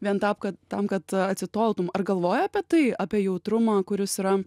vien tam kad tam kad atsitolintum ar galvojai apie tai apie jautrumą kuris yra